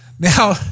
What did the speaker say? Now